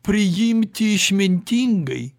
priimti išmintingai